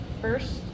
first